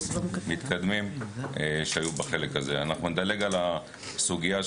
ספר שנכתב סביב 1938. האלמנטים שרואים שם,